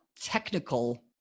technical